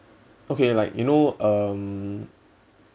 okay like you know um